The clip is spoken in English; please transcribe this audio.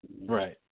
Right